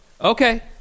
Okay